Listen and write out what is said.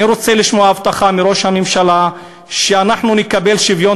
אני רוצה לשמוע הבטחה מראש הממשלה שאנחנו נקבל שוויון